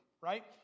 Right